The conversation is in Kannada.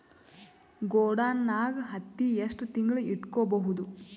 ಗೊಡಾನ ನಾಗ್ ಹತ್ತಿ ಎಷ್ಟು ತಿಂಗಳ ಇಟ್ಕೊ ಬಹುದು?